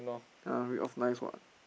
ah read off nice [what]